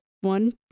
one